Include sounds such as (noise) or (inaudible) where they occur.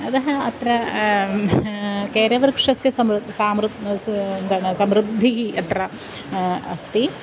अतः अत्र केरवृक्षस्य समृद्धं साम (unintelligible) समृद्धिः अत्र अस्ति